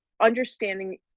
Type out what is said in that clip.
understanding